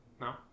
No